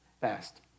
Fast